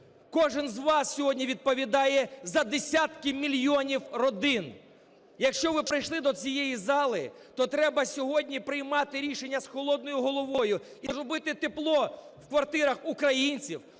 Кожен з вас сьогодні відповідає за десятки мільйонів родин. Якщо ви прийшли до цієї зали, то треба сьогодні приймати рішення з холодною головою і робити тепло в квартирах українців,